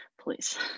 please